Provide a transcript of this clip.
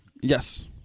yes